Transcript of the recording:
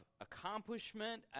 accomplishment